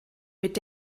mit